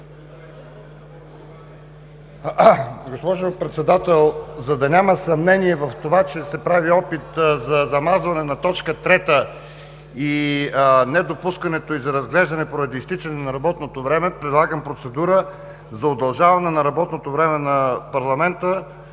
Госпожо Председател, за да няма съмнение в това, че се прави опит за замазване на точка трета и недопускането ѝ за разглеждане поради изтичане на работното време, предлагам процедура за удължаване на работното време на парламента